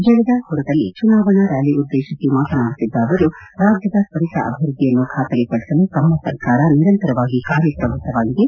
ಜಗದಾಳ್ಮರದಲ್ಲಿ ಚುನಾವಣಾ ರ್ಜಾಲಿ ಉದ್ದೇಶಿಸಿ ಮಾತನಾಡುತ್ತಿದ್ದ ಅವರು ರಾಜ್ಯದ ಶ್ವರಿತ ಅಭಿವೃದ್ದಿಯನ್ನು ಖಾತರಿಪಡಿಸಲು ತಮ್ಮ ಸರ್ಕಾರ ನಿರಂತರವಾಗಿ ಕಾರ್ಯಪ್ರವೃತ್ತವಾಗಿದೆ